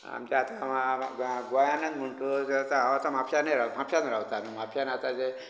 आमच्या आसगांवा गोंयानच म्हण तूं जर तर हांव आतां म्हापशानय राव म्हापशान रावतात म्हापशान आतां जे आतां